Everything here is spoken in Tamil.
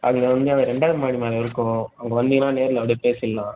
அதில் வந்து நாங்கள் ரெண்டாவது மாடி மேலே இருக்கோம் அங்கே வந்தீங்கன்னால் நேரில் வந்து பேசிக்கலாம்